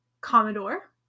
Commodore